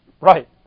Right